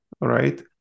Right